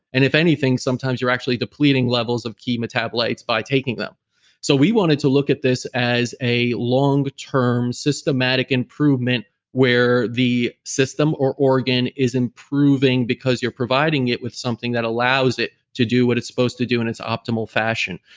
and if anything, sometimes you're actually depleting levels of key metabolites by taking them so we wanted to look at this as a long term systematic improvement where the system or organ is improving because you're providing it with something that allows it to do what it's supposed to do in its optimal fashion.